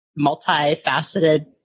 multifaceted